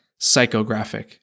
psychographic